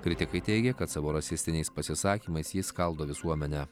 kritikai teigė kad savo rasistiniais pasisakymais jis skaldo visuomenę